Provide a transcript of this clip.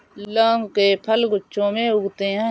लौंग के फल गुच्छों में उगते हैं